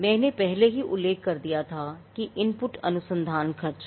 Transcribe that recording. मैंने पहले ही उल्लेख कर दिया था कि इनपुट अनुसंधान खर्च है